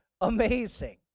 amazing